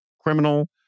criminal